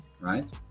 right